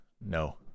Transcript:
no